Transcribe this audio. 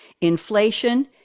Inflation